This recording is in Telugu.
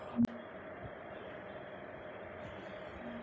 మొన్న అనుకోకుండా కురిసిన వర్షాలకు కలుపు చేలనిండా అల్లుకుపోయింది